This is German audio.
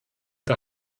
der